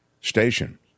station